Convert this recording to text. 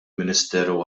ministeru